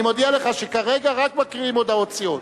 אני מודיע לך שכרגע רק מקריאים הודעות סיעות.